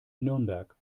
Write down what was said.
nürnberg